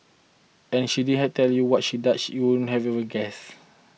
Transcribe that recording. and if she didn't tell you what she does you wouldn't even have guessed